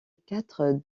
quatre